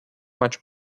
much